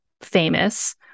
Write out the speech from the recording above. famous